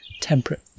temperate